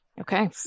Okay